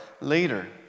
later